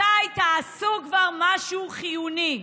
מתי תעשו כבר משהו חיוני,